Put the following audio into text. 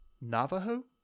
Navajo